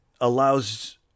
allows